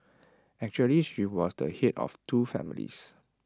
actually she was the Head of two families